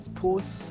post